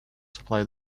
supply